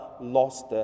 lost